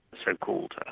so-called,